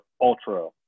ultra